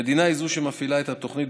המדינה היא שמפעילה את התוכנית,